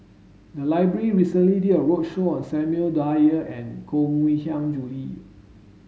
the library recently did a roadshow on Samuel Dyer and Koh Mui Hiang Julie